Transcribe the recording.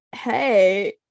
hey